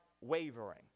wavering